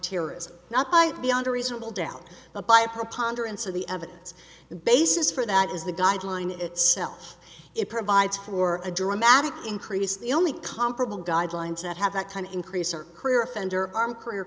terrorism not by beyond a reasonable doubt but by a preponderance of the evidence the basis for that is the guideline itself it provides for a dramatic increase the only comparable guidelines that have that kind of increase are career offender arm career